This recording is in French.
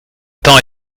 temps